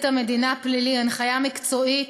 המדינה לעניינים פליליים הנחיה מקצועית